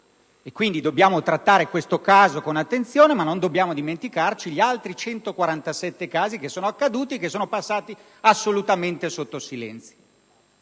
quindi dobbiamo trattare questa vicenda con attenzione, ma non dobbiamo dimenticare gli altri 147 casi che si sono verificati passando assolutamente sotto silenzio.